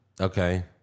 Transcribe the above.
Okay